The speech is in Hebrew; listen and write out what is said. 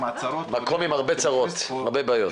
מקום עם הרבה צרות, הרבה בעיות.